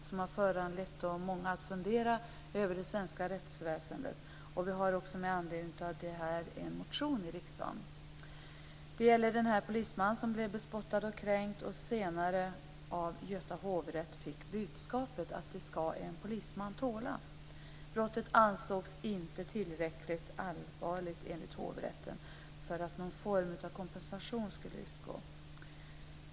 Det har föranlett många att fundera över det svenska rättsväsendet. Vi har också med anledning av det väckt en motion i riksdagen. Det gäller den polisman som blev bespottad och kränkt och senare av Göta hovrätt fick budskapet att det ska en polisman tåla. Brottet ansågs inte tillräckligt allvarligt enligt hovrätten för att någon form av kompensation skulle utgå.